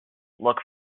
look